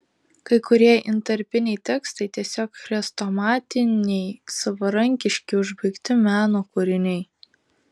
kai kurie intarpiniai tekstai tiesiog chrestomatiniai savarankiški užbaigti meno kūriniai